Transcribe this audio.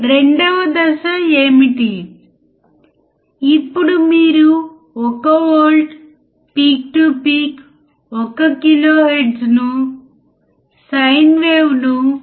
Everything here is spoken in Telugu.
కాబట్టి మర్చిపోవద్దు మీరు చాలా ఎక్కువ గెయిన్ను సెట్ చేస్తే అప్పుడు 0